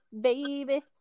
baby